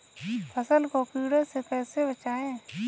फसल को कीड़ों से कैसे बचाएँ?